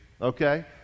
okay